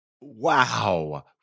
Wow